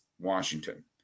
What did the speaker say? Washington